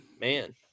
man